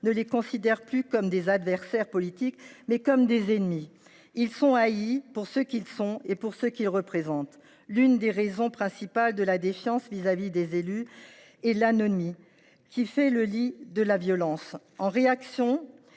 – les considèrent non plus comme des adversaires politiques, mais comme des ennemis. Nos élus sont haïs pour ce qu’ils sont et pour ce qu’ils représentent. L’une des raisons principales de la défiance vis à vis des élus est l’anomie, qui fait le lit de la violence. En réaction,